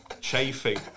chafing